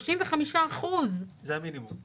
35%. זה המינימום.